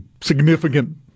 significant